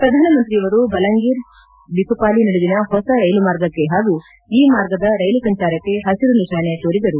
ಪ್ರಧಾನಮಂತ್ರಿಯವರು ಬಲಂಗಿರ್ ಚಕುಪಾಅ ನಡುವಿನ ಹೊಸ ರೈಲು ಮಾರ್ಗಕ್ಕೆ ಹಾಗೂ ಈ ಮಾರ್ಗದ ರೈಲು ಸಂಚಾರಕ್ಕೆ ಹಸಿರು ನಿಶಾನೆ ತೋಲಿದರು